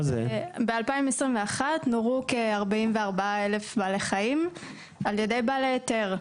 ב-2021 נורו כ-44,000 בעלי חיים על ידי בעלי היתר.